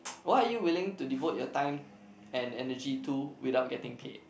what are you willing to devote your time and energy to without getting paid